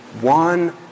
one